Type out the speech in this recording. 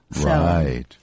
Right